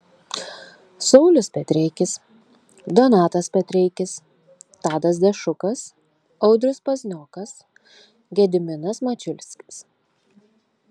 saulius petreikis donatas petreikis tadas dešukas audrius pazniokas gediminas mačiulskis